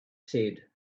said